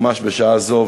ממש בשעה זו,